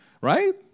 right